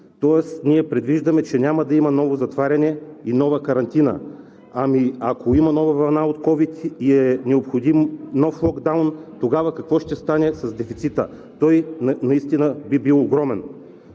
тоест ние предвиждаме, че няма да има ново затваряне и нова карантина. Ами ако има нова вълна от ковид и е необходим нов локдаун, тогава какво ще стане с дефицита? Той наистина би бил огромен.